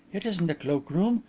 it isn't a cloakroom.